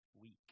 week